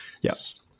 Yes